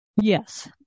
yes